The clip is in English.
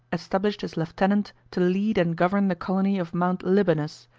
established his lieutenant to lead and govern the colony of mount libanus,